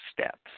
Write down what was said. Steps